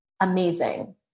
amazing